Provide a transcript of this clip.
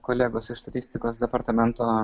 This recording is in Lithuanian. kolegos iš statistikos departamento